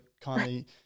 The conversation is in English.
kindly